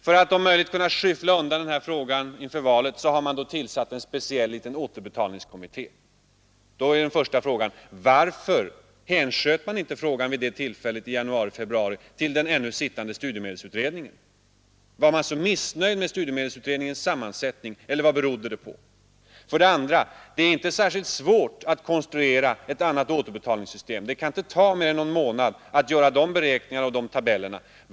För att om möjligt kunna skyffla undan denna fråga inför valet har man tillsatt en speciell liten återbetalningskommitté inom departementet. Jag vill då för det första fråga: Varför hänsköt man inte frågan till den vid det tillfället, dvs. i januari—februari, ännu arbetande studiemedelsutredningen? Var man så missnöjd med studiemedelsutredningens sammansättning eller vad berodde det på? Det är för det andra inte särskilt besvärligt att konstruera ett alternativt återbetalningssystem. Det kan inte ta mer än någon månad att göra beräkningarna och tabellerna.